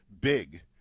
big